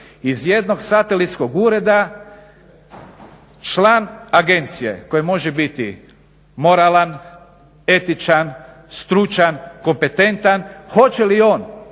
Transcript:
iz jednog satelitskog ureda član agencije koji može biti moralan, etičan, stručan, kompetentan hoće li on